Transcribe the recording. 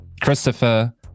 Christopher